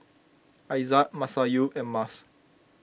Aizat Masayu and Mas